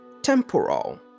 Temporal